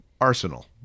Arsenal